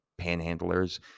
panhandlers